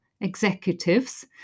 executives